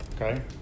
Okay